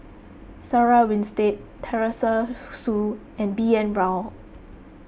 Sarah Winstedt Teresa Hsu and B N Rao